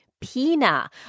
Pina